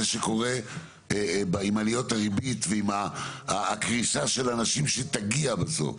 שקורה עם עליות הריבית ועם הקריסה של אנשים שתגיע בסוף.